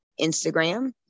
Instagram